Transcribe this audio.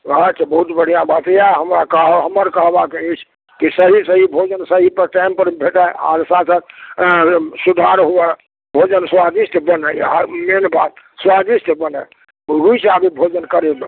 अहाँके बहुत बढ़िआँ बात अछि हमर कहबाकेँ यऽ कि सही सही भोजन सही टाइम पर भेटय आ स्वादक सुधार हुए भोजन स्वादिष्ट बनय आर मेन बात स्वादिष्ट बनय रुचि आबय भोजन करयम